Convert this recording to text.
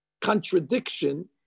contradiction